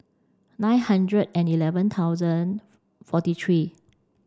nine hundred and eleven thousand forty three